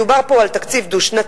מדובר פה על תקציב דו-שנתי,